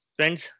Friends